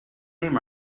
name